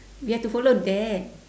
we have to follow that